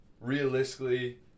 realistically